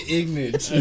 ignorant